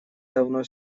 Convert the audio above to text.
давно